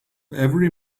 every